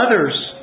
others